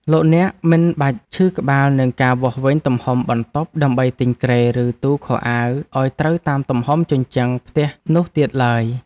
លោកអ្នកមិនបាច់ឈឺក្បាលនឹងការវាស់វែងទំហំបន្ទប់ដើម្បីទិញគ្រែឬទូខោអាវឱ្យត្រូវតាមទំហំជញ្ជាំងផ្ទះនោះទៀតឡើយ។